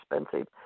expensive